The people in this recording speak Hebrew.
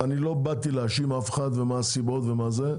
לא באתי להאשים אף אחד, מה הסיבות ומה זה,